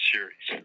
Series